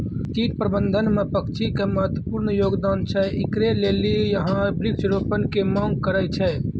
कीट प्रबंधन मे पक्षी के महत्वपूर्ण योगदान छैय, इकरे लेली यहाँ वृक्ष रोपण के मांग करेय छैय?